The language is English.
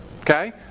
Okay